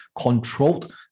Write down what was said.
controlled